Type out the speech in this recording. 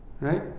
right